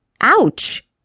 Ouch